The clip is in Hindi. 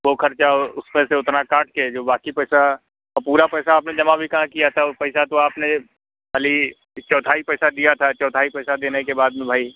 वो ख़र्चा उस में से उतना काट के जो बाक़ी पैसा पूरा पैसा आपने जमा भी कहाँ किया था वो पैसा आपने पहले ही एक चौथाई पैसा दिया था एक चौथाई पैसा देने के बाद में भाई